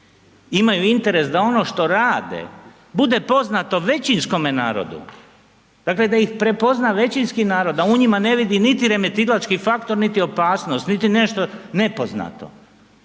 imaju interes da ono što rade, bude poznato većinskome narodu. Dakle da ih prepozna većinski narod, da u njima ne vidi niti remetilački faktor niti opasnost, u biti nešto nepoznato.